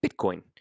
Bitcoin